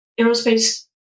aerospace